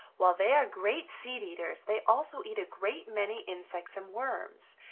while they are great seed-eaters they also eat a great many insects and worms,